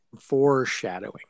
Foreshadowing